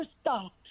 stop